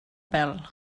pèl